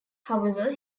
however